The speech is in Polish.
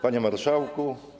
Panie Marszałku!